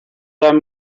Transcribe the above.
them